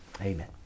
Amen